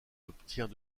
obtient